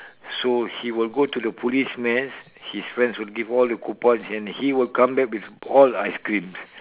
so he will go to the police mans his friends will give the coupon and he will come back with all ice creams